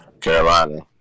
Carolina